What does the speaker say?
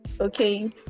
okay